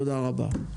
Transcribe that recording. תודה רבה.